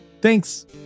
thanks